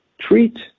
treat